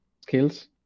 skills